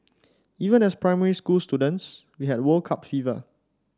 even as primary school students we had World Cup fever